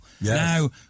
Now